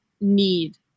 need